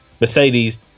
Mercedes